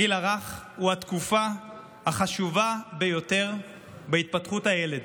הגיל הרך הוא התקופה החשובה ביותר בהתפתחות הילד.